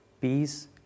Peace